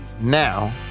now